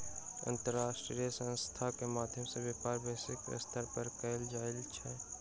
अंतर्राष्ट्रीय संस्थान के मध्य व्यापार वैश्विक स्तर पर कयल जाइत अछि